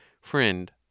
Friend